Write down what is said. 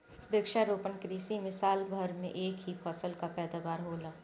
वृक्षारोपण कृषि में साल भर में एक ही फसल कअ पैदावार होला